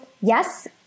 yes